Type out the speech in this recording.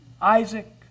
Isaac